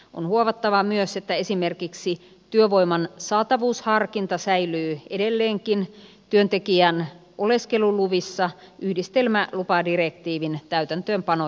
on huomattava myös että esimerkiksi työvoiman saatavuusharkinta säilyy edelleenkin työntekijän oleskeluluvissa yhdistelmälupadirektiivin täytäntöönpanon jälkeen